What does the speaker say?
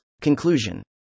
Conclusion